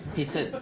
he said,